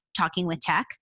talkingwithtech